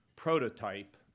Prototype